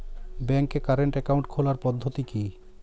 ব্যাংকে current account খোলার পদ্ধতি কি?